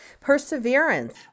perseverance